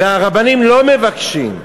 והרבנים לא מבקשים,